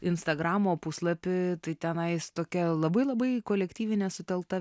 instagramo puslapį tai tenais tokia labai labai kolektyvinė sutelkta